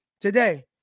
today